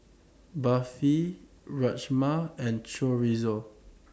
Barfi Rajma and Chorizo